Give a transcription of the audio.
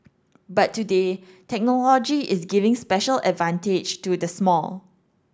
but today technology is giving special advantage to the small